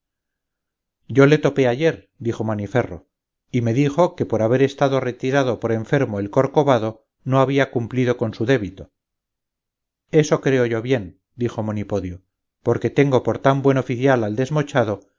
yo le topé ayer dijo maniferro y me dijo que por haber estado retirado por enfermo el corcovado no había cumplido con su débito eso creo yo bien dijo monipodio porque tengo por tan buen oficial al desmochado